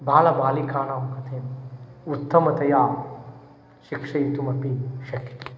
बालबालिकानां कृते उत्तमतया शिक्षयितुमपि शक्यते